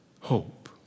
Hope